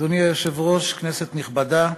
אדוני היושב-ראש, כנסת נכבדה,